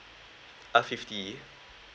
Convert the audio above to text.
uh fifty